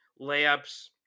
layups